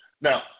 Now